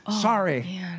Sorry